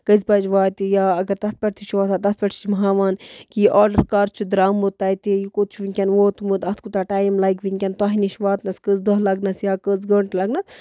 کٔژِ بَجہِ واتہِ یا اگر تَتھ پٮ۪ٹھ تہِ چھُ آسان تَتھ پٮ۪ٹھ تہِ چھُ ہاوان کہِ یہِ آرڈر کَر چھُ دَرٛامُت تَتہِ یہِ کوٚت چھُ وٕنکٮ۪ن ووٚتمُت اَتھ کوٗتاہ ٹایم لَگہِ وٕنکٮ۪ن تۄہہِ نِش واتنس کٔژ دۄہ لگنٮس یا کٔژ گٲنٛٹہٕ لگنٮس